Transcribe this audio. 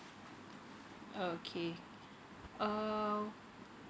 okay um